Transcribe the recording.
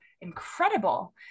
incredible